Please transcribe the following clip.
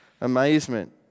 amazement